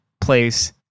place